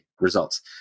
results